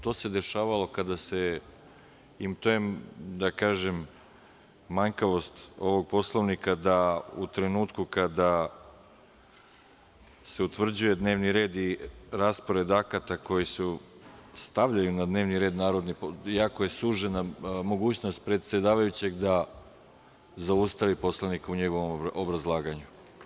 To se dešavalo kada se, da kažem, manjkavost ovog Poslovnika da u trenutku kada se utvrđuje dnevni red i raspored akata koji se stavljaju na dnevni red i jako je sužena mogućnost predsedavajućeg da zaustavi poslanika u njegovom obrazlaganju.